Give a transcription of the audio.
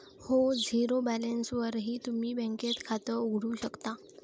हो, झिरो बॅलन्सवरही तुम्ही बँकेत खातं उघडू शकता